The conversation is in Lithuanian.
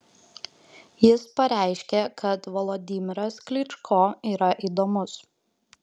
jis pareiškė kad volodymyras klyčko yra įdomus